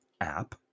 app